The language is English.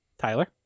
Tyler